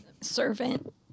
servant